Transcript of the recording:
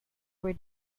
were